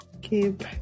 keep